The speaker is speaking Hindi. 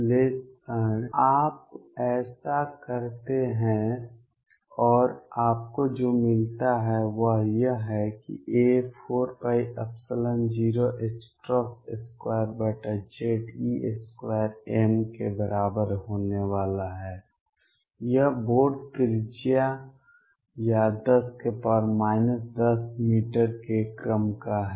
विश्लेषण आप ऐसा करते हैं और आपको जो मिलता है वह यह है कि a 4π02Ze2m के बराबर होने वाला है यह बोर त्रिज्या या 10 10 मीटर के क्रम का है